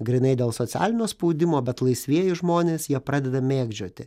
grynai dėl socialinio spaudimo bet laisvieji žmonės jie pradeda mėgdžioti